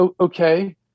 okay